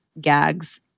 GAG's